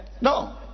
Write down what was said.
No